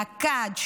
רקד,